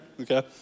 okay